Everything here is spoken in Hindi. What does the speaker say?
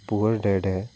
पुअर डैड है